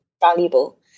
valuable